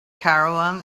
caravan